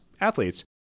athletes